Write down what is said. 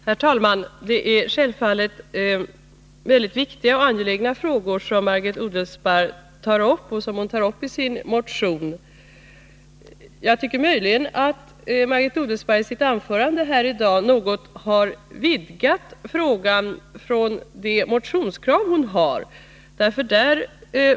Herr talman! Det är väldigt viktiga och angelägna frågor som Margit Odelsparr tar uppi sitt anförande här och i sin motion. Möjligen har Margit Odelsparr i förhållande till motionskraven något vidgat frågan i sitt anförande här i dag.